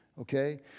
Okay